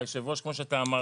היושב ראש, כמו שאתה אמרת,